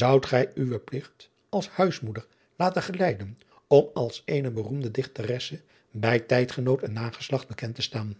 oudt gij uwen pligt als huismoeder laten glijden om als eene beroemde ichteresse bij tijdgenoot en nageslacht bekend te staan